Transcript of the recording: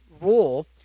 role